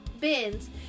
bins